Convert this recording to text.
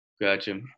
Gotcha